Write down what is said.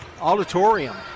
Auditorium